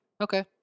Okay